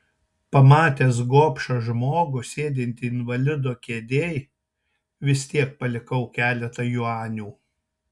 pamatęs gobšą žmogų sėdintį invalido kėdėj vis tiek palikau keletą juanių